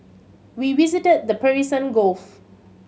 we visited the Persian Gulf